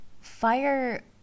Fire